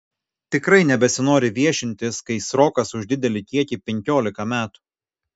tikrai nebesinori viešintis kai srokas už didelį kiekį penkiolika metų